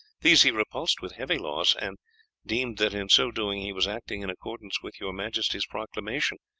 these he repulsed with heavy loss, and deemed that in so doing he was acting in accordance with your majesty's proclamation,